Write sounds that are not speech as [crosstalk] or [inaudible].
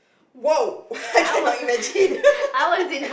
!woah! I cannot imagine [laughs]